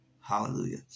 Hallelujah